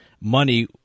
money